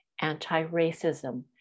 anti-racism